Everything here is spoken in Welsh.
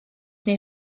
neu